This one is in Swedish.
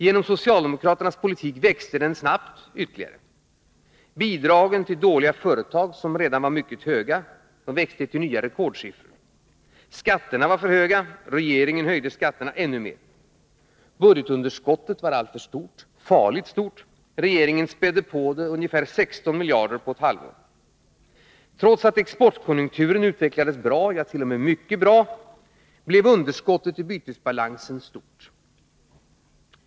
Genom socialdemokraternas politik växte den snabbt ytterligare. Bidragen till dåliga företag som redan var mycket höga växte till nya rekordsiffror. Skatterna var höga. Regeringen höjde skatterna ännu mer. Budgetunderskottet var alltför stort — farligt stort. Regeringen spädde på det ungefär 16 miljarder på ett halvår. Trots att exportkonjunkturen utvecklades bra, ja, t.o.m. mycket bra, blev underskottet i bytesbalansen stort.